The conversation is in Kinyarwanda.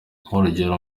urugero